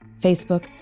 Facebook